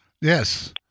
Yes